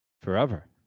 forever